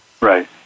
Right